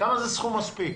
כולנו נשמח.